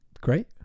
great